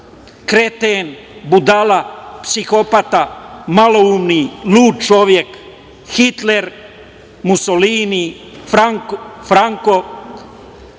kreten, budala, psihopata, maloumni, lud čovek, Hitler, Musolini, Franko,